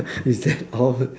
it' that all